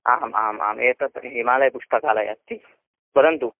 आ आम् आम् एतत् हिमालयपुस्तकालयः अस्ति परन्तु